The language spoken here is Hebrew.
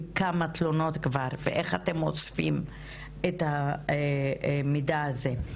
כמה תלונות כבר ואיך אתם אוספים את המידע הזה.